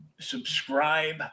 subscribe